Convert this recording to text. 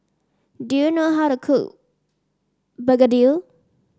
do you know how to cook begedil